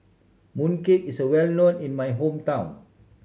mooncake is well known in my hometown